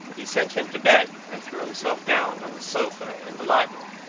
he sent him to bed, and threw himself down on the sofa in the library,